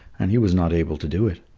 and he was not able to do it.